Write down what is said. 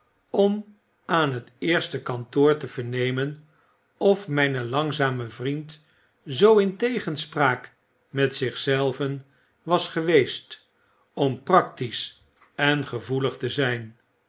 om aan het eerste kantoor te vernemen of mgn langzame vriend zoo in tegenspraak met zich zelven was geweest om practisch en gevoelig te zgn